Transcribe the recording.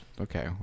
Okay